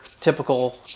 typical